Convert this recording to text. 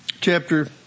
chapter